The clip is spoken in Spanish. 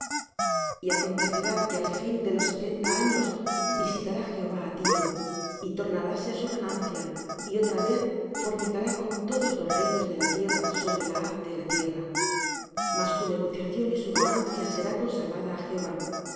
y acontecerá que al fin de los setenta años visitará jehová á tiro y tornaráse á su ganancia y otra vez fornicará con todos los reinos de la tierra sobre la haz de la tierra mas su negociación y su ganancia será consagrada á jehová